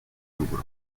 lucro